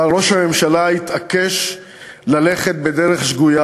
אבל ראש הממשלה התעקש ללכת בדרך שגויה